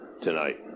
tonight